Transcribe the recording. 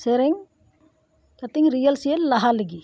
ᱥᱮᱨᱮᱧ ᱠᱟᱛᱤᱧ ᱨᱤᱭᱮᱞ ᱥᱮᱭᱮᱞ ᱞᱟᱦᱟ ᱞᱮᱜᱤ